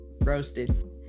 Roasted